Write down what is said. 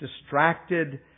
distracted